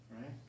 right